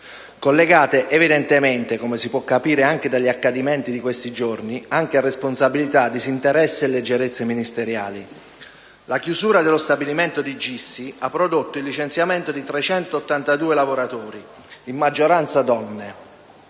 collegati evidentemente, come si può capire anche dagli accadimenti di questi giorni, a responsabilità, disinteresse e leggerezze ministeriali. La chiusura dello stabilimento di Gissi ha prodotto il licenziamento di 382 lavoratori, in maggioranza donne,